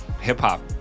hip-hop